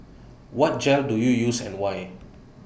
what gel do you use and why